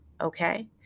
Okay